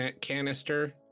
canister